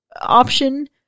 option